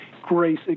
Grace